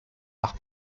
par